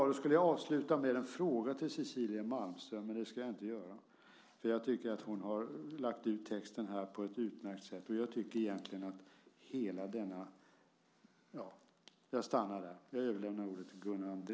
Jag skulle då avsluta med en fråga till Cecilia Malmström, men det ska jag inte göra för jag tycker att hon har lagt ut texten på ett utmärkt sätt. Jag stannar där.